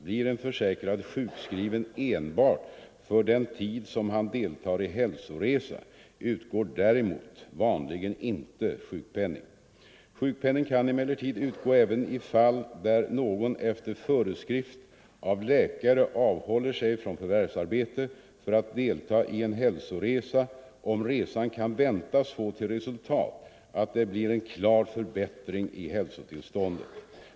Blir en försäkrad sjukskriven enbart för den tid som han deltar i hälsoresa utgår däremot vanligen inte sjukpenning. Sjukpenning kan emellertid utgå även i fall där någon efter föreskrift av läkare avhåller sig från förvärvsarbete för att delta i en hälsoresa om resan kan väntas få till resultat att det blir en klar förbättring i hälsotillståndet.